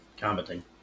commenting